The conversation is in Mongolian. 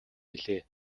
билээ